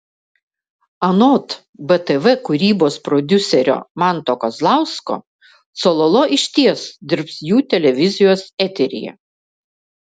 anot btv kūrybos prodiuserio manto kazlausko cololo išties dirbs jų televizijos eteryje